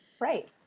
right